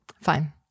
fine